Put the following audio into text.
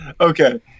Okay